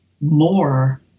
more